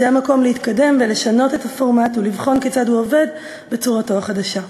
זה המקום להתקדם ולשנות את הפורמט ולבחון כיצד הוא עובד בצורתו החדשה.